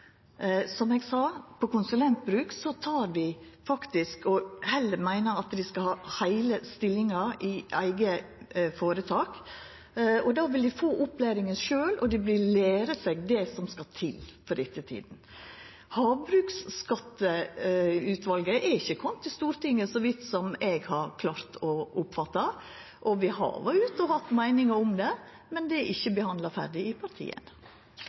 Som eg sa: Når det gjeld konsulentbruk, meiner vi at ein skal ha heile stillingar i eige føretak, for då vil ein få opplæringa sjølv, og ein vil læra seg det som skal til for ettertida. Havbruksskatteutvalet er ikkje kome til Stortinget, så vidt eg har oppfatta. Vi har vore ute og hatt meiningar om det, men det er enno ikkje behandla ferdig i